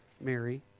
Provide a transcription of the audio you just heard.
Mary